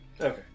Okay